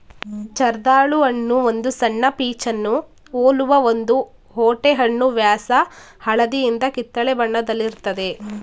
ಜರ್ದಾಳು ಹಣ್ಣು ಒಂದು ಸಣ್ಣ ಪೀಚನ್ನು ಹೋಲುವ ಒಂದು ಓಟೆಹಣ್ಣು ವ್ಯಾಸ ಹಳದಿಯಿಂದ ಕಿತ್ತಳೆ ಬಣ್ಣದಲ್ಲಿರ್ತದೆ